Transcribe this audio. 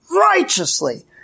righteously